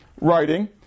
writing